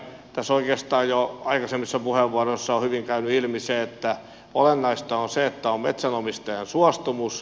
tässä oikeastaan jo aikaisemmissa puheenvuoroissa on hyvin käynyt ilmi se että olennaista on se että on metsänomistajan suostumus